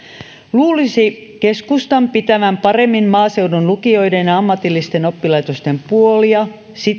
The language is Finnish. luulisi keskustan pitävän paremmin maaseudun lukioiden ja ja ammatillisten oppilaitosten puolia